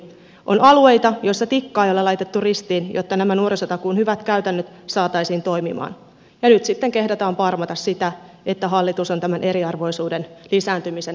on alueita missä tikkua ei ole laitettu ristiin jotta nämä nuorisotakuun hyvät käytännöt saataisiin toimimaan ja nyt sitten kehdataan parjata sitä että hallitus on tämän eriarvoisuuden lisääntymisen aiheuttanut